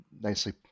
nicely